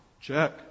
Check